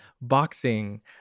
boxing